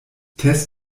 tess